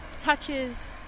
touches